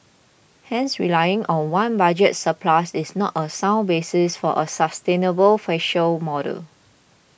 hence relying on one budget surplus is not a sound basis for a sustainable fiscal model